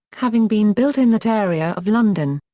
having been built in that area of london.